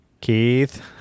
Keith